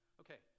Okay